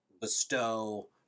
bestow